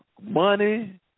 money